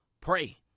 Pray